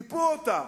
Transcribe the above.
ניפו אותה.